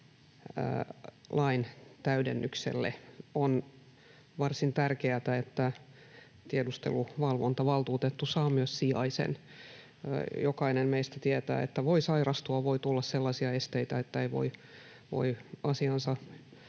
lain täydennykselle. On varsin tärkeätä, että tiedusteluvalvontavaltuutettu saa myös sijaisen. Jokainen meistä tietää, että voi sairastua ja voi tulla sellaisia esteitä, että ei voi asiaansa